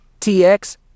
TX